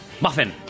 muffin